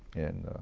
and